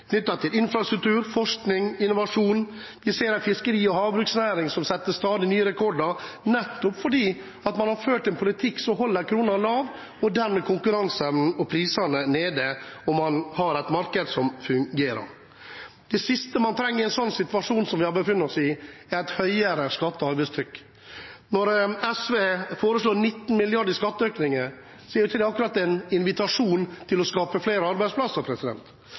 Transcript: knyttet til infrastruktur, forskning og innovasjon. Vi ser en fiskeri- og havbruksnæring som setter stadig nye rekorder, nettopp fordi man har ført en politikk som holdt kronen lav, styrket konkurranseevnen og holdt prisene nede, og det gir et marked som fungerer. Det siste man trenger i en slik situasjon som vi har befunnet oss i, er et høyere skatte- og avgiftstrykk. Når SV foreslår 19 mrd. kr i skatteøkning, er ikke det akkurat en invitasjon til å skape flere arbeidsplasser